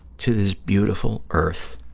to this beautiful earth,